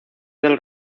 del